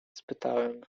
spytałem